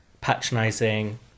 patronizing